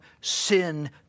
sin